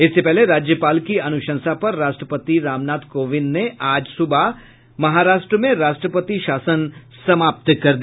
इससे पहले राज्यपाल की अनुशंसा पर राष्ट्रपति रामनाथ कोविंद ने आज सुबह राज्य में राष्ट्रपति शासन समाप्त कर दिया